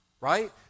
Right